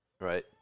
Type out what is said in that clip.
Right